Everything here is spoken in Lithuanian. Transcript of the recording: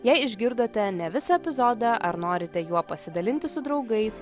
jei išgirdote ne visą epizodą ar norite juo pasidalinti su draugais